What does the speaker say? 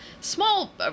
small